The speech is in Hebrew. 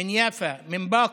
מיפו, מבאקה,